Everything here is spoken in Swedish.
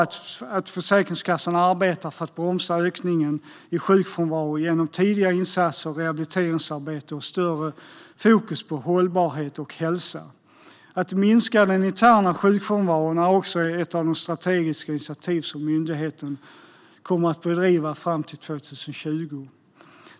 Jag vet att Försäkringskassan redan i dag arbetar för att bromsa ökningen i sjukfrånvaron genom tidiga insatser, rehabiliteringsarbete och större fokus på hållbarhet och hälsa. Det har tagits ett strategiskt initiativ för att minska den interna sjukfrånvaron, och det är ett av de arbeten som myndigheten kommer att bedriva fram till 2020.